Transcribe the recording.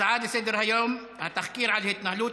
הצעות לסדר-היום בנושא: התחקיר על התנהלות